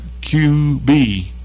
QB